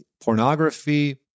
pornography